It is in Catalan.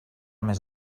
més